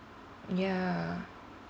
um ya